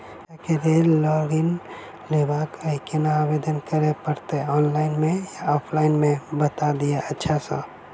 शिक्षा केँ लेल लऽ ऋण लेबाक अई केना आवेदन करै पड़तै ऑनलाइन मे या ऑफलाइन मे बता दिय अच्छा सऽ?